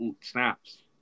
snaps